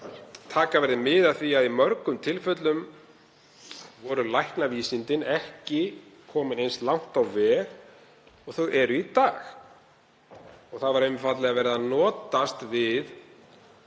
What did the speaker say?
taka verði mið af því að í mörgum tilfellum voru læknavísindin ekki komin eins langt á veg og þau eru í dag. Þarna var einfaldlega verið að notast við